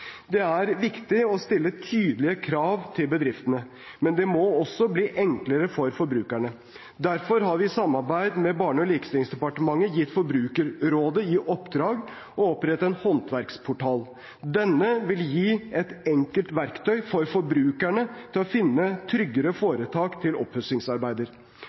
Det er viktig å stille tydelige krav til bedriftene, men det må også bli enklere for forbrukerne. Derfor har vi i samarbeid med Barne- og likestillingsdepartementet gitt Forbrukerrådet i oppdrag å opprette en håndverkerportal. Denne vil gi et enkelt verktøy for forbrukerne til å finne tryggere foretak til oppussingsarbeider.